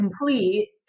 complete